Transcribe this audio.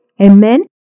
amen